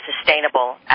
sustainable